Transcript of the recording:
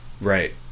Right